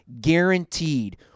guaranteed